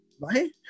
right